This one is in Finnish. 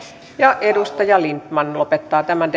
ja edustaja lindtman lopettaa tämän